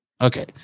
Okay